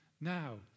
now